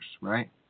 right